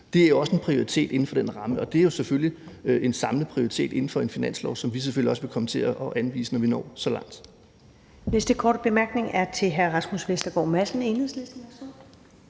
Det er også en prioritet inden for den ramme, og det er selvfølgelig en samlet prioritet inden for en finanslov, som vi selvfølgelig også vil komme til at anvise, når vi når så langt.